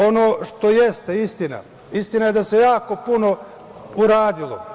Ono što jeste istina, istina je da se jako puno uradilo.